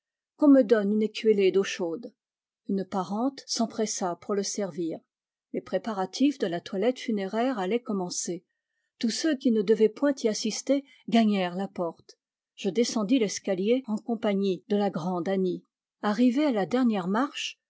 qu'on me donne une écuellée d'eau chaude une parente s'empressa pour le servir les préparatifs de la toilette funéraire allaient commencer tous ceux qui ne devaient point y assister gagnèrent la porte je descendis l'escalier en compagnie de la grande annie arrivée à la dernière marche